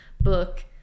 book